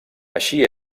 així